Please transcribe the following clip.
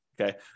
Okay